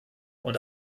und